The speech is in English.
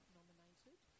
nominated